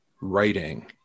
writing